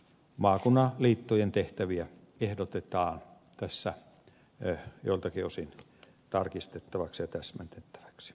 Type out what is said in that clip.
maakunnan liittojen tehtäviä ehdotetaan tässä joiltakin osin tarkistettavaksi ja täsmennettäväksi